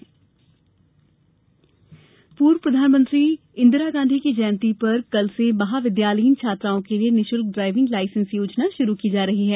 छात्रा लायसेंस पूर्व प्रधानमंत्री इंदिरा गांधी की जयंती पर कल से महाविद्यालयीन छात्राओं के लिए निशल्क ड्राइविंग लायसेंस योजना शुरू की जा रही है